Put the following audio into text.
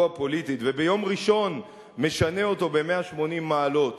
הפוליטית וביום ראשון משנה אותו ב-180 מעלות,